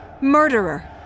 Murderer